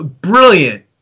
brilliant